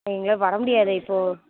வர முடியாதே இப்போ